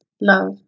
love